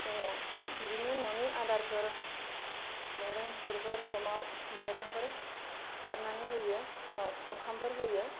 बिदिनो न'नि आदारफोर माइरं एंखुरफोर समाव माइरंफोर सारनानै होयो समाव ओंखामफोर होयो